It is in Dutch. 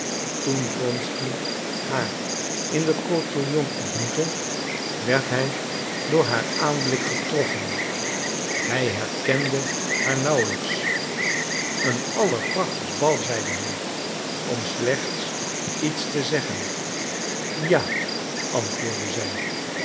toen wronsky haar in den cotillon ontmoette werd hij door haar aanblik getroffen hij herkende haar nauwelijks een allerprachtigst bal zeide hij om slechts iets te zeggen ja antwoordde zij